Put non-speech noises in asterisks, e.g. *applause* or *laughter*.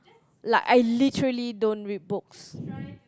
like I literally don't read books *breath*